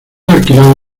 alquilado